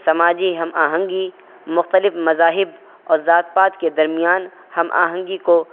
سماجی ہم آہنگی مختلف مذاہب اور ذات پات کے درمیان ہم آہنگی کو